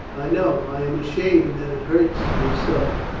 i know. i am ashamed that it hurts me so.